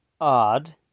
odd